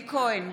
אלי כהן,